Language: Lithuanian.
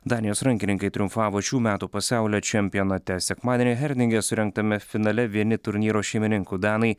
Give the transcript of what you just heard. danijos rankininkai triumfavo šių metų pasaulio čempionate sekmadienį herninge surengtame finale vieni turnyro šeimininkų danai